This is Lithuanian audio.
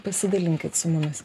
pasidalinkit su mumis